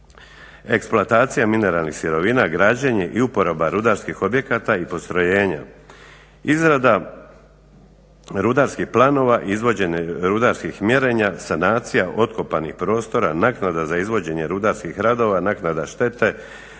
eksploatacija mineralnih sirovina, građenje i uporaba rudarskih objekata i postrojenja.